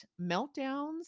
meltdowns